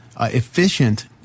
efficient